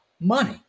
money